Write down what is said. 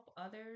others